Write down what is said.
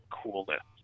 coolness